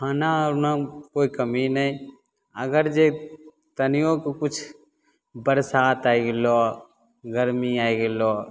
खाना उना कोइ कमी नहि अगर जे तनिओ किछु बरसात आइ गेलऽ गरमी आइ गेलऽ